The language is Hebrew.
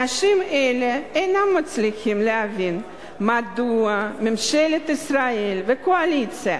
אנשים אלה אינם מצליחים להבין מדוע ממשלת ישראל והקואליציה